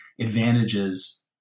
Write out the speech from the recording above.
advantages